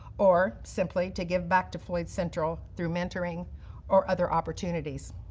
or simply to give back to floyd central through mentoring or other opportunities,